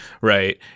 right